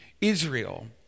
Israel